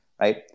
right